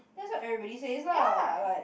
that's what everybody says lah like